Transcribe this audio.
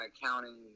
accounting